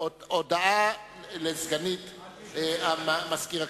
הודעה לסגנית מזכיר הכנסת.